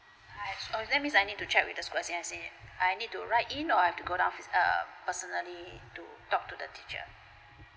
oh that means I need to check with the school as in as in I need to write in or I've to go down err personally to talk to the teacher